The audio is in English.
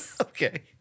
Okay